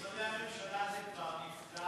עם משרדי הממשלה זה כבר נפתר.